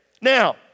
Now